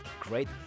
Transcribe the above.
Great